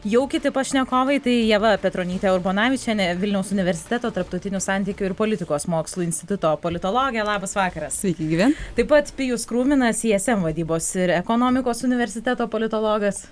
jau kiti pašnekovai tai ieva petronytė urbonavičienė vilniaus universiteto tarptautinių santykių ir politikos mokslų instituto politologė labas vakaras tai pat pijus krūminas ism vadybos ir ekonomikos universiteto politologas